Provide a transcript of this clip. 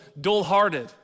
dull-hearted